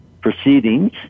proceedings